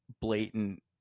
blatant